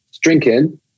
drinking